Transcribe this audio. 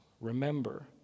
Remember